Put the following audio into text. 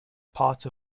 part